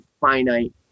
finite